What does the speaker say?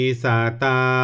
sata